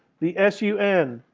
the s u n,